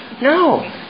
no